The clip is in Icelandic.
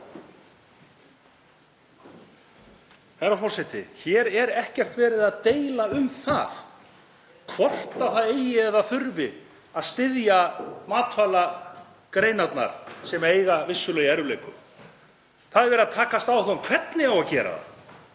Hér er ekkert verið að deila um hvort það eigi eða þurfi að styðja matvælagreinarnar, sem eiga vissulega í erfiðleikum. Hér er verið að takast á um hvernig á að gera það.